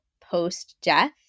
post-death